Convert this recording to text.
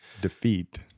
defeat